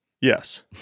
Yes